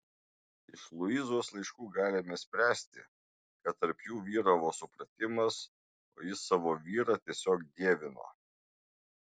iš luizos laiškų galime spręsti kad tarp jų vyravo supratimas o ji savo vyrą tiesiog dievino